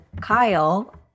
Kyle